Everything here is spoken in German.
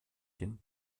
den